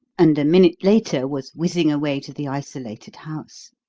and a minute later was whizzing away to the isolated house.